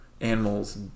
animals